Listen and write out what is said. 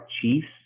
chiefs